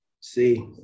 See